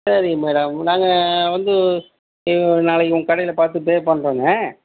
சரிங்க மேடம் நாங்கள் வந்து நாளைக்கு உங்கள் கடையில் பார்த்து பே பண்ணுறோங்க